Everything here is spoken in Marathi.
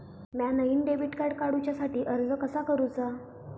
म्या नईन डेबिट कार्ड काडुच्या साठी अर्ज कसा करूचा?